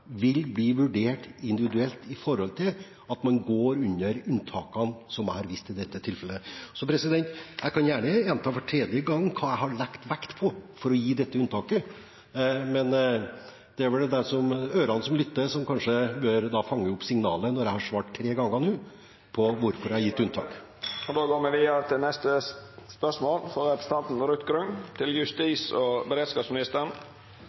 vil bli vurdert individuelt med hensyn til om man kommer inn under unntakene som jeg har vist til i dette tilfellet. Jeg kan gjerne gjenta for tredje gang hva jeg har lagt vekt på for å gi dette unntaket, men det er vel ørene som lytter, som kanskje bør fange opp signalet når jeg nå har svart tre ganger på hvorfor jeg har gitt unntak. Dette spørsmålet er utsett til neste spørjetime, då statsråden er bortreist. Dette spørsmålet er utsett til